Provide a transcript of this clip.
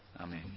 Amen